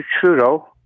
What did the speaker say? Trudeau